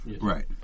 Right